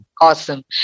awesome